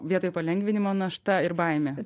vietoj palengvinimo našta ir baimė